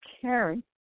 Carrie